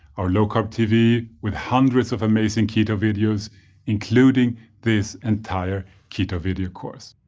our low-carb tv with hundreds of amazing keto videos including this entire keto video course.